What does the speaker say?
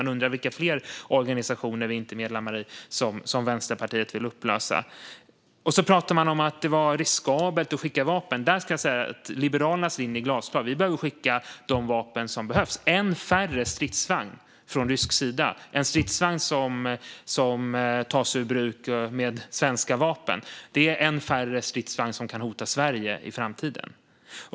Man undrar vilka fler organisationer som vi inte är medlemmar i som Vänsterpartiet vill upplösa. Man pratar om att det var riskabelt att skicka vapen. Där är Liberalernas linje glasklar: Vi ska skicka de vapen som behövs. En rysk stridsvagn mindre, som tas ur bruk med svenska vapen, är en stridsvagn mindre som kan hota Sverige i framtiden.